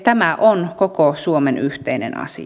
tämä on koko suomen yhteinen asia